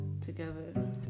together